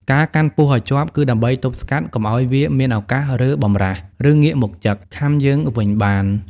ការកាន់ពស់ឱ្យជាប់ គឺដើម្បីទប់ស្កាត់កុំឱ្យវាមានឱកាសរើបម្រះ ឬងាកមកចឹក ខាំយើងវិញបាន។